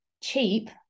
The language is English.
cheap